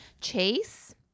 Chase